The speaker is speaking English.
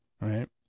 Right